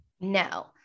No